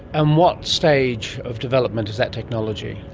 and what stage of development is that technology?